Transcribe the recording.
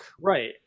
right